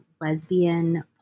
lesbian